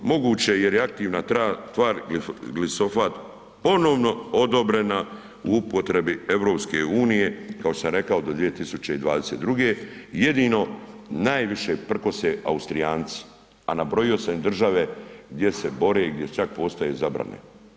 Moguće, jer je aktivna tvar glifosat ponovno odobrena u upotrebi EU, kao što sam rekao do 2022., jedino najviše prkose Austrijanci, a nabrojio sam i države gdje se bore, gdje čak postoje zabrane.